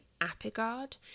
Apigard